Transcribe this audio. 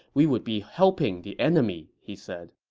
we would be helping the enemy, he said